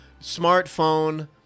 Smartphone